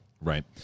right